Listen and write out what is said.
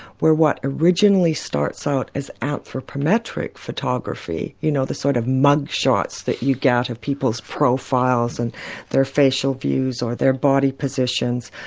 where what originally starts out as anthropometric photography, you know, the sort of mug shots that you get of people's profiles, and their facial views or their body positions,